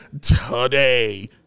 today